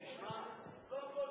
תשמע, קודם כול,